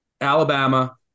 Alabama